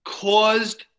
caused